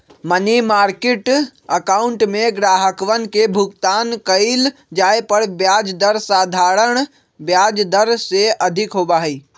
money market account में ग्राहकवन के भुगतान कइल जाये पर ब्याज दर साधारण ब्याज दर से अधिक होबा हई